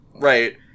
Right